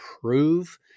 prove